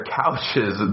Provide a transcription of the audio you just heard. couches